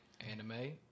anime